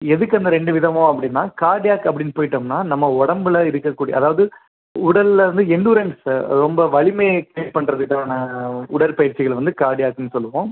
எதுக்கு அந்த ரெண்டு விதமும் அப்படினா கார்டியாக் அப்படினு போயிட்டோம்னால் நம்ம உடம்பில் இருக்கக்கூடிய அதாவது உடல்லிருந்து எண்டுரன்ஸ் ரொம்ப வலிமையை க்ரியேட் பண்ணுறதுக்கான உடற்பயிற்சிகளை வந்து கார்டியாக்குனு சொல்லுவோம்